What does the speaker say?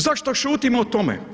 Zašto šutimo o tome?